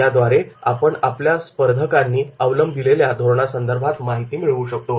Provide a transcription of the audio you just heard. याद्वारे आपण आपल्या स्पर्धकांनी अवलंबिलेल्या धोरणासंदर्भात माहिती मिळवू शकतो